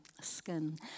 skin